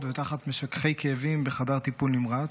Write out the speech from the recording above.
ותחת משככי כאבים בחדר טיפול נמרץ.